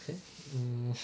eh hmm